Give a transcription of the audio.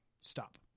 Stop